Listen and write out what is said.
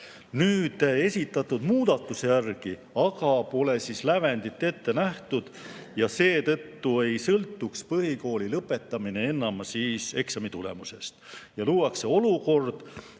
Nüüd esitatud muudatuse järgi aga pole lävendit ette nähtud ja seetõttu ei sõltuks põhikooli lõpetamine enam eksamitulemusest. Luuakse olukord,